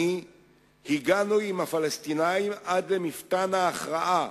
הגענו עם הפלסטינים עד למפתן ההכרעה,